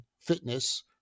fitness